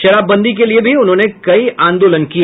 शराब बंदी के लिए भी उन्होंने कई आन्दोलन किए